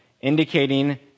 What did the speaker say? indicating